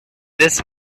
this